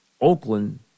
Oakland